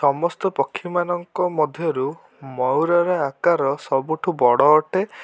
ସମସ୍ତ ପକ୍ଷୀମାନଙ୍କ ମଧ୍ୟରୁ ମୟୂର ର ଆକାର ସବୁଠୁ ବଡ଼ ଅଟେ